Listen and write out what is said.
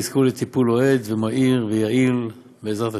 אומנם הגענו למצב, באנושות,